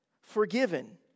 forgiven